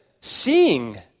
seeing